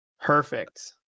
Perfect